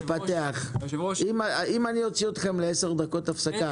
אם אני אוציא אתכם לעשר דקות הפסקה,